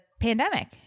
pandemic